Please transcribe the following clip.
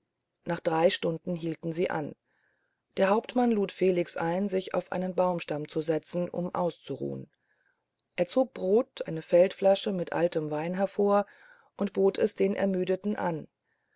nach drei stunden hielten sie an der hauptmann lud felix ein sich auf einen baumstamm zu setzen um auszuruhen er zog brot eine feldflasche mit altem wein hervor und bot es den ermüdeten an